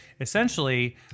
essentially